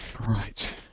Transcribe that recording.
Right